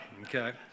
Okay